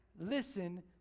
listen